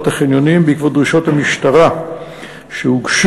החניונים בעקבות דרישות המשטרה שהוגשו.